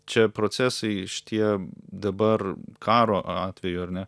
čia procesai šitie dabar karo atveju ar ne